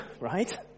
right